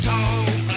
Talk